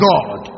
God